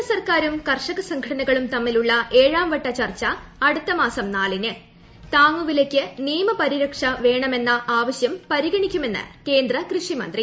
കേന്ദ്ര സർക്കാരും കർഷക സംഘടനകളും തമ്മിലുള്ള ഏഴാർ വ്ട്ട ചർച്ച അടുത്ത മാസം നാലിന് താങ്ങൂപിലയ്ക്ക് നിയമ പരിരക്ഷ വേണമെന്ന ആ്വശ്യം പരിഗണിക്കുമെന്ന് കേന്ദ്ര കൃഷി മന്ത്രി